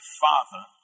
father